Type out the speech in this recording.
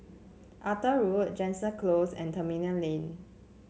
Arthur Road Jansen Close and Tembeling Lane